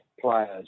players